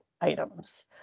items